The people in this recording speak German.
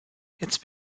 jetzt